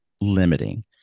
limiting